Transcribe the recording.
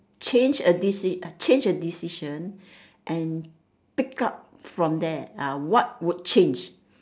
change a deci~ uh change a decision and pick up from there ah what would change